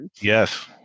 Yes